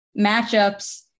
matchups